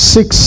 Six